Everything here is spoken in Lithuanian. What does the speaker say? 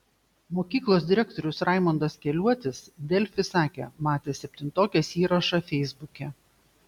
mokyklos direktorius raimundas keliuotis delfi sakė matęs septintokės įrašą feisbuke